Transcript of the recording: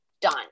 done